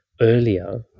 earlier